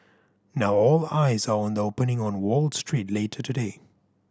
now all eyes are on the opening on Wall Street later today